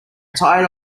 tired